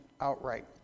outright